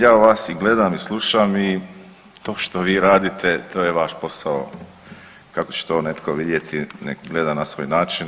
Ja vas i gledam i slušam i to što vi radite to je vaš posao kako će to netko vidjeti, nek' gleda na svoj način.